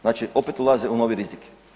Znači opet ulaze u novi rizik.